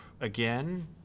again